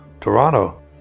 Toronto